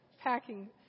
packing